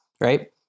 right